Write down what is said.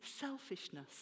selfishness